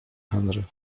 henry